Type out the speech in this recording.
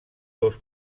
dos